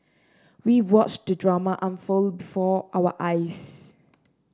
we watched the drama unfold before our eyes